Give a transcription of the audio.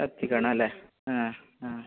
എത്തിക്കണമല്ലേ ആ ആ